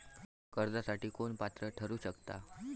कर्जासाठी कोण पात्र ठरु शकता?